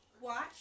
Watch